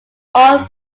all